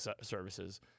services